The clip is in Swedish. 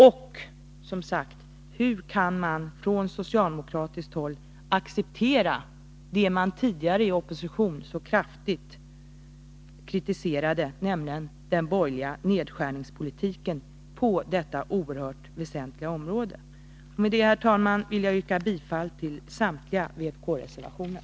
Och, som sagt, hur kan man från socialdemokratiskt håll acceptera det man tidigare i opposition så kraftigt kritiserat, nämligen den borgerliga nedskärningspolitiken på detta oerhört väsentliga område? Med detta, herr talman, ber jag att få yrka bifall till samtliga vpkreservationer.